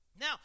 Now